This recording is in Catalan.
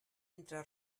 entra